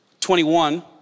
21